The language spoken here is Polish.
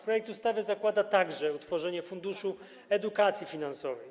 Projekt ustawy zakłada także utworzenie Funduszu Edukacji Finansowej.